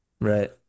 right